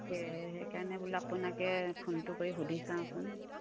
তাকে সেইকাৰণে বোলো আপোনাকে ফোনটো কৰি সুধি চাওঁচোন